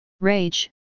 Rage